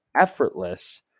effortless